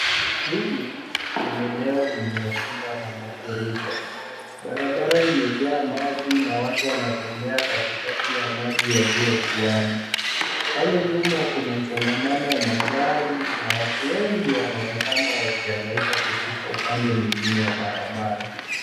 Hili ni eneo lililokumbwa na mafuriko. Barabara imejaa maji na watu wanatembea katikati ya maji yaliyotuama. Pale nyuma kuna msongamano wa magari na watu wengi wanaonekana wakihangaika kufika upande mwingine wa barabara.